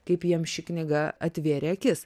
kaip jiem ši knyga atvėrė akis